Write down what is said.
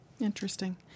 Interesting